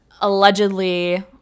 allegedly